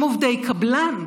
הם עובדי קבלן.